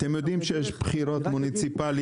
רצית להגיד משהו, יסמין?